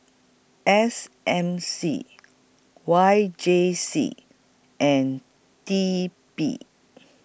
S M C Y J C and T P